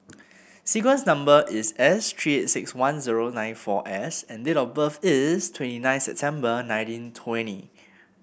sequence number is S three eight six one zero nine four S and date of birth is twenty nine September nineteen twenty